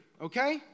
Okay